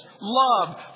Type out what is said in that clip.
love